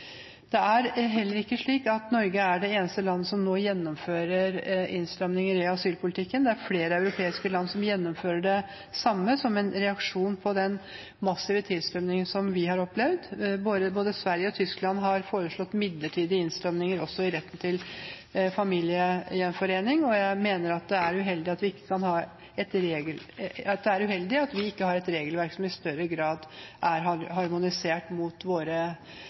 at Norge er det eneste land som nå gjennomfører innstramninger i asylpolitikken. Det er flere europeiske land som gjennomfører det samme som en reaksjon på den massive tilstrømningen man har opplevd. Både Sverige og Tyskland har foreslått midlertidige innstramninger også i retten til familiegjenforening, og jeg mener det er uheldig at vi ikke har et regelverk som i større grad er harmonisert med våre naboers. Helt avslutningsvis skal jeg bare replisere til representanten Andersen at Norge bidrar mer enn veldig mange andre land. Vi er